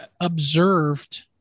observed